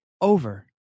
Over